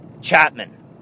Chapman